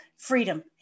freedom